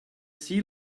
sea